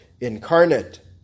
incarnate